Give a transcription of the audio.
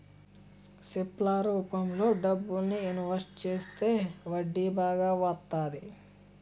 SIP ల రూపంలో డబ్బులు ఇన్వెస్ట్ చేస్తే వడ్డీ బాగా వత్తంది